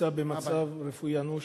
ונמצא במצב רפואי אנוש.